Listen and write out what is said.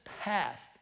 path